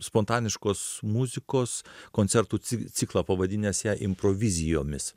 spontaniškos muzikos koncertų cik ciklą pavadinęs ją improvizijomis